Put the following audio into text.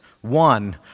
one